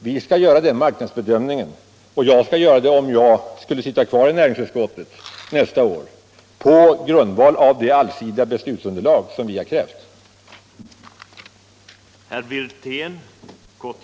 Vi skall göra den erforderliga marknadsbedömningen — och jag skall göra den om jag kommer att sitta kvar i näringsutskottet nästa år — när det allsidiga beslutsunderlag som vi har krävt läggs fram.